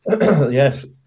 Yes